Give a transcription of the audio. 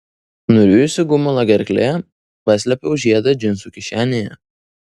nurijusi gumulą gerklėje paslėpiau žiedą džinsų kišenėje